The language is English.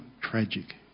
tragic